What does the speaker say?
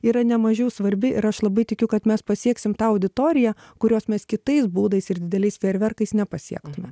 yra nemažiau svarbi ir aš labai tikiu kad mes pasieksim tą auditoriją kurios mes kitais būdais ir dideliais fejerverkais nepasiektume